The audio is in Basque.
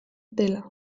dela